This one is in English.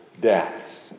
deaths